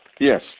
Yes